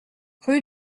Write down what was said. rue